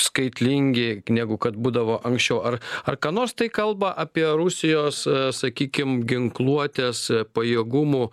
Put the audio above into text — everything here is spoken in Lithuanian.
skaitlingi negu kad būdavo anksčiau ar ar ką nors tai kalba apie rusijos sakykim ginkluotės pajėgumų